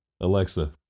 Alexa